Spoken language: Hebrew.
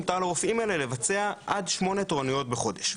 מותר לרופאים האלה לבצע עד שמונה תורנויות בחודש.